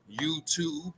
YouTube